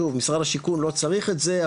שוב משרד השיכון לא צריך את זה,